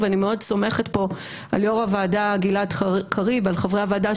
ואני מאוד סומכת פה על יו"ר הוועדה גלעד קריב ועל חברי הוועדה,